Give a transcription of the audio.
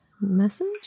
message